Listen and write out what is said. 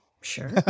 Sure